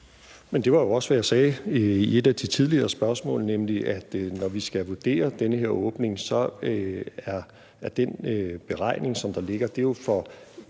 det var jo også, hvad jeg sagde under et af de tidligere spørgsmål, nemlig at når vi skal vurdere den her åbning, er den beregning, som der ligger, jo